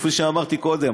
כפי שאמרתי קודם,